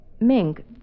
Mink